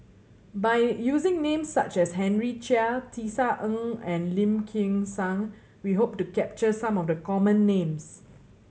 by using names such as Henry Chia Tisa Ng and Lim Kim San we hope to capture some of the common names